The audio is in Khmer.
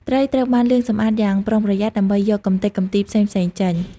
ត្រីត្រូវបាន លាងសម្អាត យ៉ាងប្រុងប្រយ័ត្នដើម្បីយកកម្ទេចកំទីផ្សេងៗចេញ។